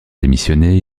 démissionné